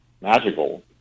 magical